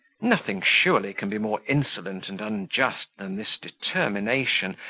nothing surely can be more insolent and unjust than this determination,